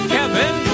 Kevin